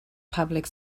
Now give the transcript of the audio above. public